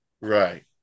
Right